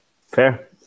Fair